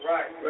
Right